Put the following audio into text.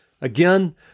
Again